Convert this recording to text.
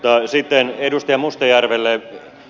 mutta sitten edustaja mustajärvelle